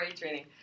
training